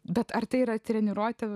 bet ar tai yra treniruoti